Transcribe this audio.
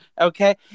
Okay